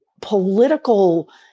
political